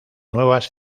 nuevas